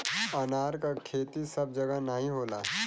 अनार क खेती सब जगह नाहीं होला